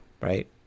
right